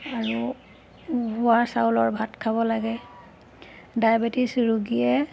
আৰু উহোৱা চাউলৰ ভাত খাব লাগে ডায়েবেটিছ ৰোগীয়ে